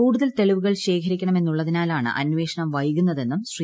കൂടുതൽ തെളിവുകൾ ശേഖരിക്കണമെന്നുള്ളതിനാലാണ് അന്വേഷണം വൈകുന്നതെന്നും ശ്രീ